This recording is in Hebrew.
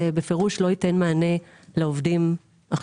זה בפירוש לא ייתן מענה לעובדים על